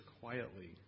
quietly